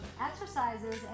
exercises